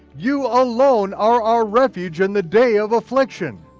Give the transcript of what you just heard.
you alone are our refuge in the day of affliction.